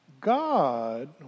God